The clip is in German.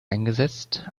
eingesetzt